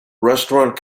restaurant